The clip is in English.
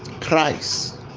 Christ